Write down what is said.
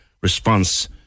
response